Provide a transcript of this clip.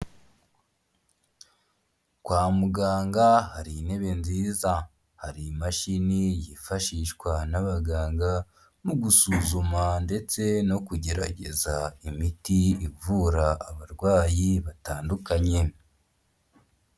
Kwa muganga hari intebe nziza, hari imashini yifashishwa n'abaganga, mu gusuzuma ndetse no kugerageza imiti, ivura abarwayi batandukanye.